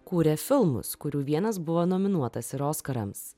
kūrė filmus kurių vienas buvo nominuotas ir oskarams